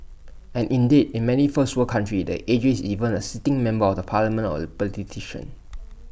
and indeed in many first world countries the A G is even A sitting member of the parliament or A